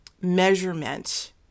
measurement